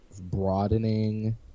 broadening